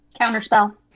Counterspell